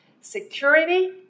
Security